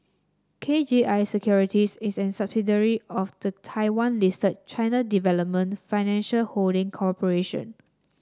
K G I Securities is a subsidiary of the Taiwan listed China Development Financial Holding Corporation